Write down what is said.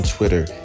Twitter